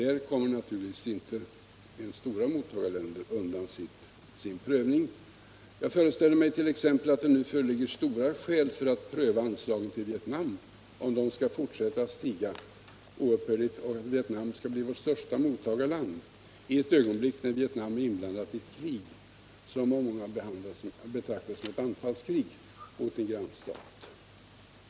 Där kommer naturligtvis inte ens stora mottagarländer undan en prövning. Jag föreställer migt.ex. att det nu föreligger starka skäl för att pröva anslagen till Vietnam, om dessa anslag skall fortsätta att stiga och Vietnam skall bli vårt största mottagarland i ett ögonblick då Vietnam är inblandat i ett krig som av många betraktas som ett anfallskrig mot en grannstat.